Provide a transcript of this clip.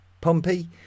Pompey